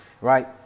Right